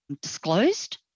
disclosed